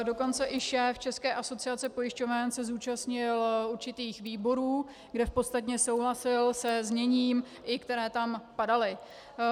Dokonce i šéf České asociace pojišťoven se zúčastnil určitých výborů, kde v podstatě souhlasil se zněním, i která tam padala.